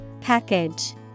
Package